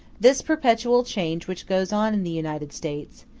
this perpetual change which goes on in the united states,